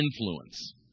influence